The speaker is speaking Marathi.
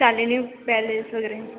शालिनीज पॅलेस वगैरे